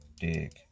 dig